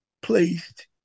placed